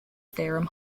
theorem